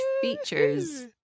features